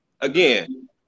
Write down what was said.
again